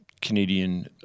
Canadian